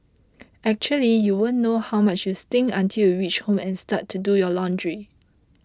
actually you won't know how much you stink until you reach home and start to do your laundry